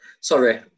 sorry